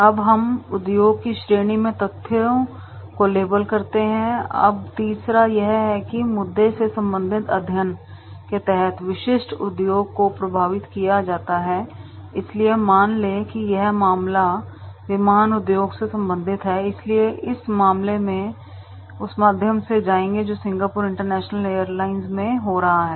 अब हम उद्योग की श्रेणी में तथ्यों को लेबल करते हैं अब तीसरा यह है कि मुद्दे से संबंधित अध्ययन के तहत विशिष्ट उद्योग को प्रभावित किया जाता हैं इसलिए मान लें कि यह मामला विमान उद्योग से संबंधित है इसलिए उस मामले में हम उस माध्यम से जाएंगे जो सिंगापुर इंटरनेशनल एयरलाइंस में हो रहा है